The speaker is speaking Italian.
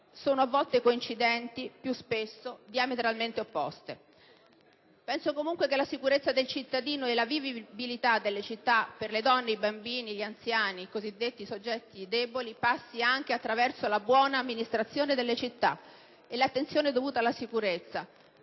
sono a volte coincidenti, più spesso diametralmente opposte. Penso comunque che la sicurezza del cittadino e la vivibilità delle città per le donne, i bambini e gli anziani, i cosiddetti soggetti deboli, passi anche attraverso la buona amministrazione della città e l'attenzione dovuta alla sicurezza: